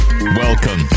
Welcome